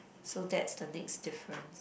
so that's the next different